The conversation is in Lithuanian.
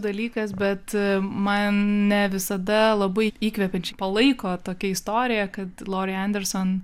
dalykas bet mane visada labai įkvepiančiai palaiko tokia istorija kad loria anderson